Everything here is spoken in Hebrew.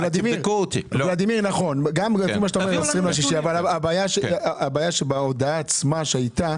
נכון אבל הבעיה שההודעה שהייתה,